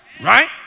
right